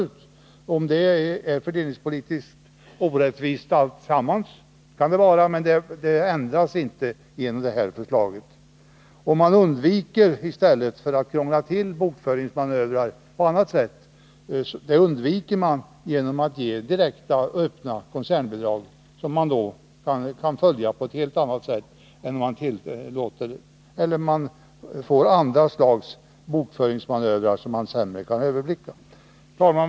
Det hela kan naturligtvis vara fördelningspolitiskt orättvist, men det ändras inte genom det här förslaget. Genom att ha direkta och öppna koncernbidrag undviker man krångliga bokföringsmanövrer, som sämre kan överblickas. Herr talman!